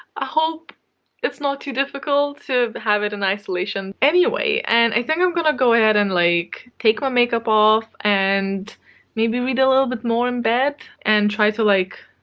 ah hope it's not too difficult to have it in isolation anyway, and i think i'm gonna go ahead and like, take my makeup off and maybe read a little bit more in bed and try to like,